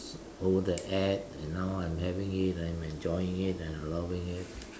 over the ad and now I'm having it I'm enjoying it and I'm loving it